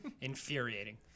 infuriating